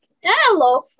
Hello